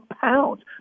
pounds